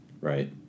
Right